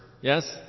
Yes